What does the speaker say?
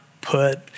put